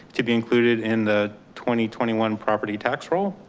to be included in the twenty twenty one property tax roll.